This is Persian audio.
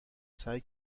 سعی